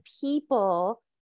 people